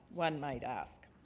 one might ask?